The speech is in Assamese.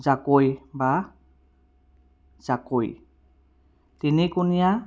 জাকৈ বা জাকৈ তিনিকোণীয়া